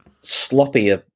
sloppy